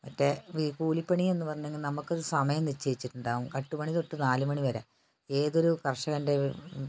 മറ്റേ കൂലിപ്പണിയെന്ന് പറഞ്ഞെങ്കിൽ നമ്മൾക്ക് ഒരു സമയം നിശ്ചയിട്ടുണ്ടാവും എട്ടു മണി തൊട്ട് നാല് മണി വരെ ഏതൊരു കർഷകൻ്റെ